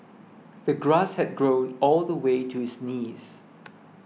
the grass had grown all the way to his knees